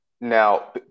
now